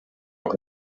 auch